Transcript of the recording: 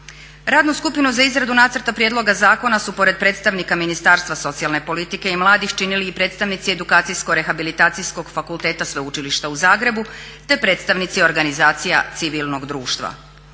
Radnu skupinu za izradu nacrta prijedloga zakona su pored predstavnika Ministarstva socijalne politike i mladih činili i predstavnici edukacijsko rehabilitacijskog fakulteta sveučilišta u Zagrebu te predstavnici organizacija civilnog društva.